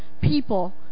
people